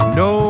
no